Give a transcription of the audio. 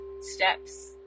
steps